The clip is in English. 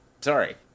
Sorry